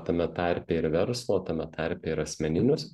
tame tarpe ir verslo tame tarpe ir asmeninius